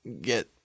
get